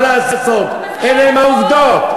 מה לעשות, אלה העובדות.